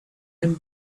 him